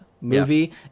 movie